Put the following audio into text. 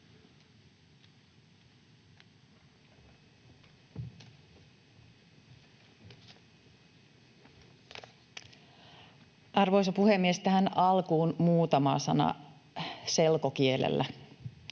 Arvoisa puhemies! Tähän alkuun muutama sana selkokielellä: